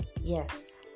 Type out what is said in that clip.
yes